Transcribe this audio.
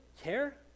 care